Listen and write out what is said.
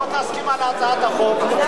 בוא תסכים על הצעת החוק.